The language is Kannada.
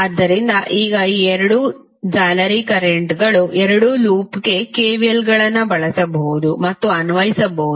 ಆದ್ದರಿಂದ ಈಗ ಎರಡು ಜಾಲರಿ ಕರೆಂಟ್ಗಳು ಎರಡೂ ಲೂಪ್ಗೆ ಕೆವಿಎಲ್ಗಳನ್ನು ಬಳಸಬಹುದು ಮತ್ತು ಅನ್ವಯಿಸಬಹುದು